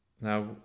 now